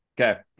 Okay